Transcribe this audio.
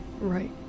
Right